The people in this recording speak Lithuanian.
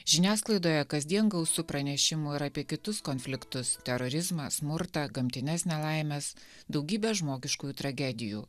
žiniasklaidoje kasdien gausu pranešimų ir apie kitus konfliktus terorizmą smurtą gamtines nelaimes daugybę žmogiškųjų tragedijų